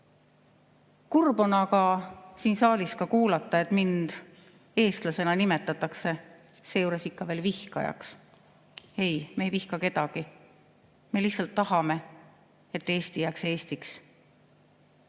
Kurb on aga siin saalis kuulda, et mind eestlasena nimetatakse seejuures ikka veel vihkajaks. Ei, me ei vihka kedagi. Me lihtsalt tahame, et Eesti jääks Eestiks.